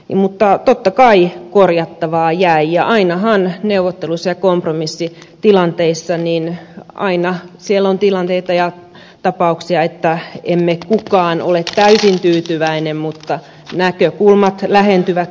mutta totta kai korjattavaa jäi ja ainahan neuvotteluissa ja kompromissitilanteissa on tilanteita ja tapauksia että ei kukaan ole täysin tyytyväinen mutta näkökulmat lähentyvät toisiaan